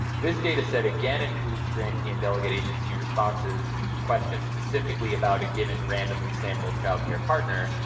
this data set, again, includes grantee and delegate agency responses to questions specifically about a given randomly sampled child care partner,